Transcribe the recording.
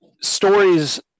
stories